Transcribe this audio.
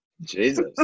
Jesus